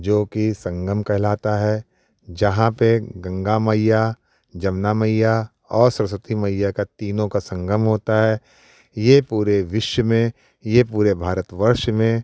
जो कि संगम कहलाता है जहाँ पे गंगा मैया जमुना मैया और सरस्वती मैया का तीनों का संगम होता है ये पूरे विश्व में ये पूरे भारत वर्ष में